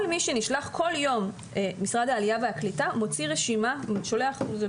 כל מי שנשלח כל יום משרד העלייה והקליטה מוציא רשימה שמגיעה